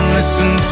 listen